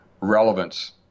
relevance